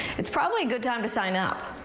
it's probably a good time to sign up.